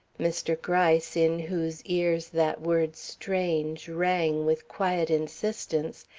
mr. gryce, in whose ears that word strange rang with quiet insistence,